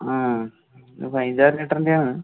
ആ ഇത് പതിനഞ്ചാറ് ലിറ്റർൻ്റെയാണ്